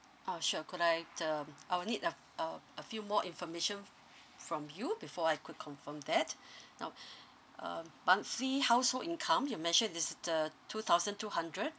oh sure could I um I will need a uh a few more information from you before I could confirm that now um monthly household income you mentioned this the two thousand two hundred